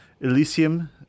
Elysium